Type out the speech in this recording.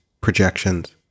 projections